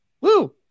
Woo